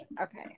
okay